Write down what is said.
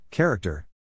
Character